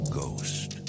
ghost